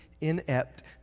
inept